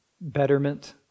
betterment